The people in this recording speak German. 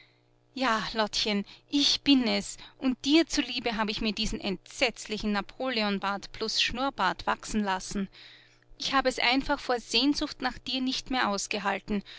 ja lottchen ich bin es und dir zuliebe habe ich mir diesen entsetzlichen napoleonbart plus schnurrbart wachsen lassen ich habe es einfach vor sehnsucht nach dir nicht mehr ausgehalten